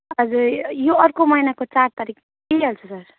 हजुर यो अर्को महिनाको चार तारिख दिइहाल्छु सर